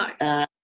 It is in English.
no